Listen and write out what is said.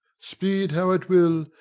speed how it will.